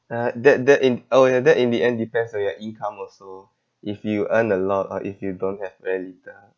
uh that that in oh ya that in the end depends on your income also if you earn a lot or if you don't have very little